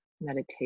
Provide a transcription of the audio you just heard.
meditation